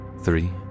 three